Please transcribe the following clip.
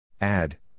Add